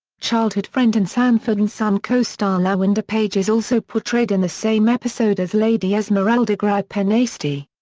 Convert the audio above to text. childhood friend and sanford and son co-star lawanda page is also portrayed in the same episode as lady esmeralda gripenasty.